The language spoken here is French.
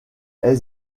est